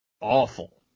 awful